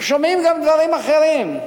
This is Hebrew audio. אנחנו שומעים גם דברים אחרים.